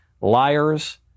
liars